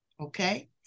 Okay